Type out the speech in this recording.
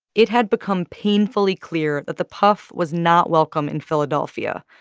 it had become painfully clear that the puf was not welcome in philadelphia.